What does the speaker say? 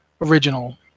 original